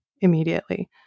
immediately